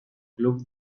club